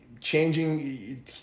changing